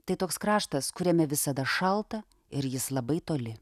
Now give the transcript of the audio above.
tai toks kraštas kuriame visada šalta ir jis labai toli